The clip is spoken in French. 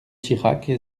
sirac